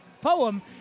poem